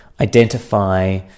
identify